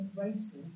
races